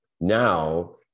Now